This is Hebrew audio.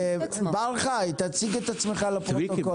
תציג את עצמך לפרוטוקול.